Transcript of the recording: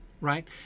Right